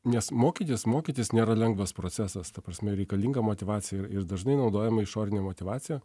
nes mokytis mokytis nėra lengvas procesas ta prasme reikalinga motyvacija ir dažnai naudojama išorinė motyvacija